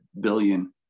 billion